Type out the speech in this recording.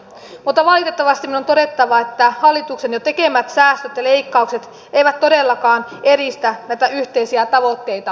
mutta valitettavasti minun on todettava että hallituksen jo tekemät säästöt ja leikkaukset eivät todellakaan edistä näitä yhteisiä tavoitteitamme